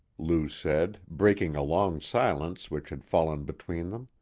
lou said, breaking a long silence which had fallen between them.